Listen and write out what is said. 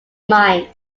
mind